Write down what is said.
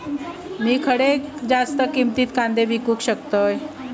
खडे मी जास्त किमतीत कांदे विकू शकतय?